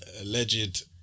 alleged